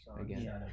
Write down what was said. again